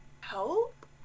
help